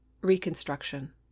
Reconstruction